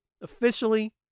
Officially